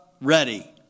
ready